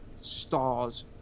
stars